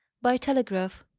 by telegraph?